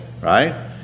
right